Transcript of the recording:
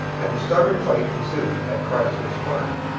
and a stubborn fight ensued at chrystler's farm.